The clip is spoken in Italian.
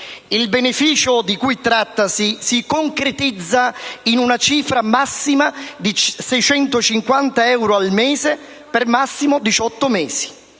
Il beneficio di cui trattasi si concretizza in una cifra massima di 650 euro al mese per massimo diciotto